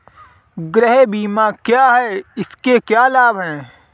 गृह बीमा क्या है इसके क्या लाभ हैं?